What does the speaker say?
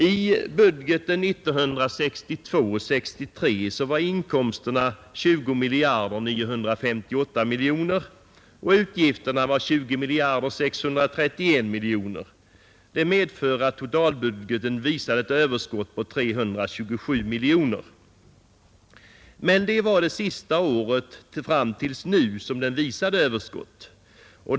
I budgeten 1962/63 var inkomsterna 20 958 miljoner och utgifterna 20 631 miljoner kronor vilket medförde att totalbudgeten visade ett överskott på 327 miljoner kronor. Men det var det sista året fram till nu som den visade ett överskott.